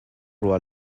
rua